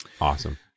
Awesome